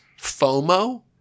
FOMO